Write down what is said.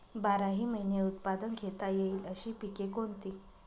बाराही महिने उत्पादन घेता येईल अशी पिके कोणती?